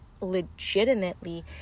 legitimately